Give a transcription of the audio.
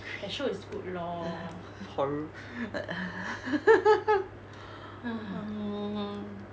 !phew! (uh huh) mm